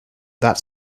that